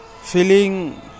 feeling